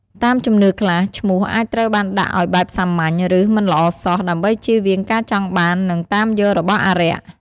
តាមជំនឿខ្លះ ឈ្មោះអាចត្រូវបានដាក់អោយបែបសាមញ្ញ ឬ មិនល្អសោះ ដើម្បីជៀសវាងការចង់បាន និងតាមយករបស់អារក្ស។